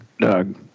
Doug